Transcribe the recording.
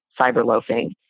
cyberloafing